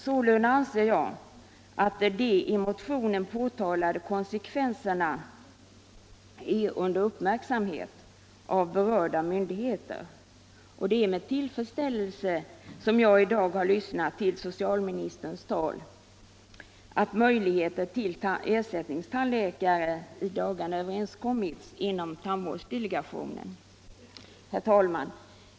Sålunda finner jag att de i motionen påtalade konsekvenserna är föremål för uppmärksamhet av berörda myndigheter. Det är med tillfredsställelse som jag i dag har lyssnat till socialministerns tal att överenskommelse om möjlighet till ersättningstandläkare i dagarna har träffats inom tandvårdsdelegationen. Herr talman!